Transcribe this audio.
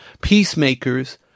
Peacemakers